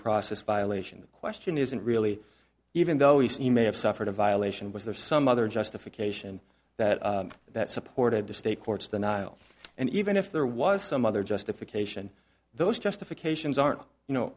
process violation the question isn't really even though we see may have suffered a violation was there some other justification that that supported the state courts the nile and even if there was some other justification those justifications aren't you know